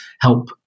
help